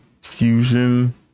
fusion